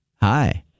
Hi